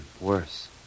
Worse